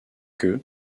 que